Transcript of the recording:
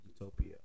Utopia